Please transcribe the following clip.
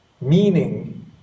meaning